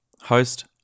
host